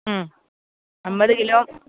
അമ്പത് കിലോ